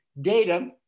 data